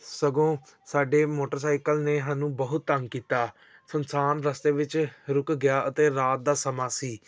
ਸਗੋਂ ਸਾਡੇ ਮੋਟਰਸਾਈਕਲ ਨੇ ਸਾਨੂੰ ਬਹੁਤ ਤੰਗ ਕੀਤਾ ਸੁੰਨਸਾਨ ਰਸਤੇ ਵਿੱਚ ਰੁਕ ਗਿਆ ਅਤੇ ਰਾਤ ਦਾ ਸਮਾਂ ਸੀ